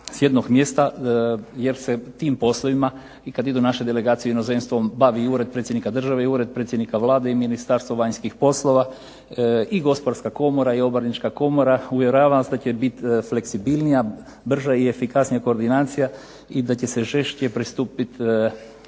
s jednog mjesta je jer se tim poslovima i kada idu naše delegacije u inozemstvo bavi Ured predsjednika države i Ured predsjednika Vlade i Ministarstvo vanjskih poslova i Gospodarska komora i Obrtnička komora uvjeravam vas da će biti fleksibilnija, brža i efikasnija koordinacija i da će se žešće pristupiti